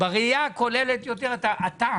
ובראייה הכוללת יותר אתה,